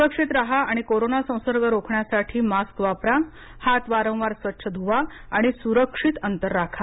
सुरक्षित राहा आणि कोरोना संसर्ग रोखण्यासाठी मास्क वापरा हात वारंवार स्वच्छ धुवा आणि सुरक्षित अंतर राखा